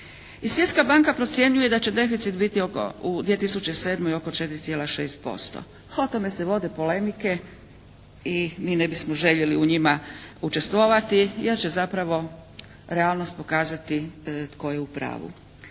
I Svjetska banka procjenjuje da će deficit biti oko, u 2007. oko 4,6%. O tome se vode polemike i mi ne bismo željeli u njima učestvovati jer će zapravo realnost pokazati tko je u pravu.